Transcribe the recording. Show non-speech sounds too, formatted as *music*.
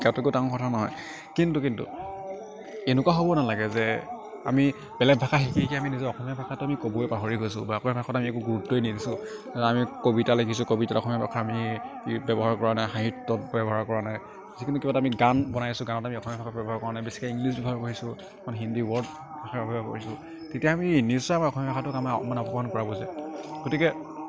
শিকাটো একো ডাঙৰ কথা নহয় কিন্তু কিন্তু এনেকুৱা হ'ব নালাগে যে আমি বেলেগ ভাষা শিকি শিকি আমি নিজৰ অসমীয়া ভাষাটো আমি ক'বই পাহৰি গৈছোঁ বা অসমীয়া ভাষাত আমি একো গুৰুত্বই নিদিছোঁ আমি কবিতা লেখিছোঁ কবিতাত অসমীয়া ভাষা আমি বি ব্যৱহাৰ কৰা নাই সাহিত্যত ব্যৱহাৰ কৰা নাই যিকোনো কিবা এটা আমি গান বনাইছোঁ গানত আমি অসমীয়া ভাষা ব্যৱহাৰ কৰা নাই বেছিকৈ ইংলিছ ব্যৱহাৰ কৰিছোঁ মানে হিন্দী ৱৰ্ড ব্যৱহাৰ *unintelligible* কৰিছোঁ তেতিয়া আমি নিশ্চয় আমাৰ অসমীয়া ভাষাটোক আমাৰ অপ অপমান কৰা বুজায় গতিকে